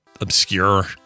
obscure